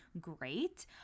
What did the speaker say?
great